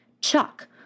Chuck